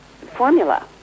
formula